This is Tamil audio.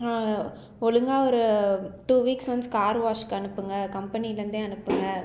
ஒழுங்காக ஒரு டூ வீக்ஸ் ஒன்ஸ் கார் வாஷ்க்கு அனுப்புங்க கம்பனியிலேருந்தே அனுப்புங்க